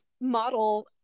model